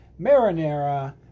marinara